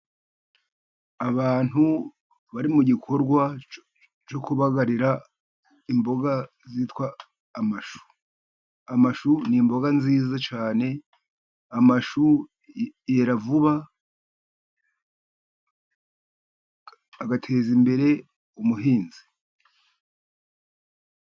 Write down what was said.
Abantu bari mu gikorwa cyo kubagarira imboga zitwa amashu. Amashu ni imboga nziza cyane, amashu yera vuba, agateza imbere umuhinzi.